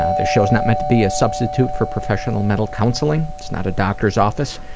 ah this show's not meant to be a substitute for professional mental counseling, it's not a doctor's office,